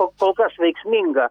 po kol kas veiksminga